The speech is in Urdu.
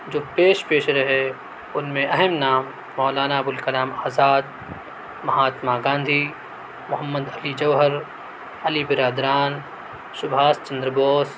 جو پیش پیش رہے ان میں اہم نام مولانا ابوالکلام آزاد مہاتما گاندھی محمد علی جوہر علی برادران سبھاش چندر بوس